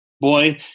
Boy